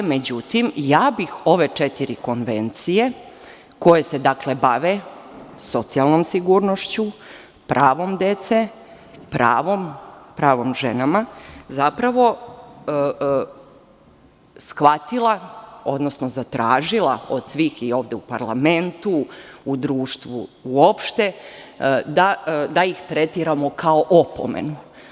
Međutim, ja bih ove četiri konvencije koje se bave socijalnom sigurnošću, pravom dece, pravom žena, zapravo shvatila, odnosno zatražila od svih i ovde u parlamentu, u društvu uopšte, da ih tretiramo kao opomenu.